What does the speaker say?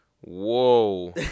Whoa